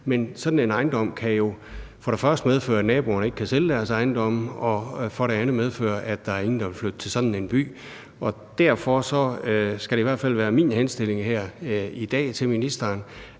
Men sådan en ejendom kan jo medføre, at naboerne ikke kan sælge deres ejendomme, og den kan medføre, at ingen vil flytte til sådan en by. Derfor skal det i hvert fald være min henstilling her i dag til ministeren,